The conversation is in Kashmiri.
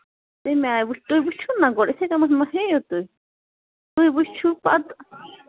تَمہِ آیہِ تُہۍ وُچھِو نا گۄڈٕ یِتھٕے کٔنٮ۪تھ ما ہیٚیِو تُہۍ تُہۍ وُچھِو پَتہٕ